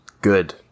Good